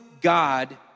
God